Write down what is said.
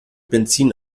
benzin